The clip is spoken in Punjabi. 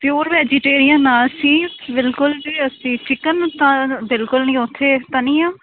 ਪਿਓਰ ਵੈਜੀਟੇਰੀਆਨ ਹਾਂ ਅਸੀਂ ਬਿਲਕੁਲ ਵੀ ਅਸੀਂ ਚਿਕਨ ਤਾਂ ਬਿਲਕੁਲ ਨਹੀਂ ਉੱਥੇ ਤਾਂ ਨਹੀਂ ਆ